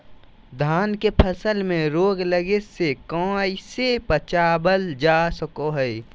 धान के फसल में रोग लगे से कैसे बचाबल जा सको हय?